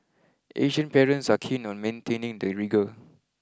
Asian parents are keen on maintaining the rigour